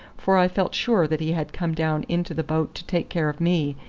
for i felt sure that he had come down into the boat to take care of me,